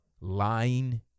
lying